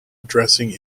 addressing